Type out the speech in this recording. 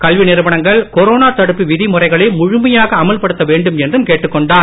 கல்வி நிறுவனங்கள் கொரோனா தடுப்பு விதிமுறைகளை முழுமையாக அமல்படுத்த வேண்டும் என்றும் கேட்டுக்கொண்டார்